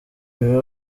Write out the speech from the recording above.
biga